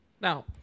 Now